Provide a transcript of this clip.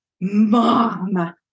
Mom